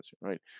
right